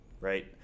right